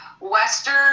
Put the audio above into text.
western